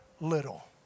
little